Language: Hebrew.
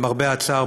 למרבה הצער,